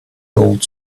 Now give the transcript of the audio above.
told